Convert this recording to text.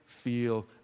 Feel